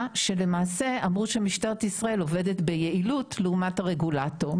שלמעשה אמרו שמשטרת ישראל עובדת ביעילות לעומת הרגולטור.